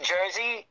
Jersey